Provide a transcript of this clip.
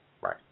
Right